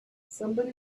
somebody